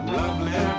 lovely